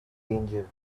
danger